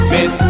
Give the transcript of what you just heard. Miss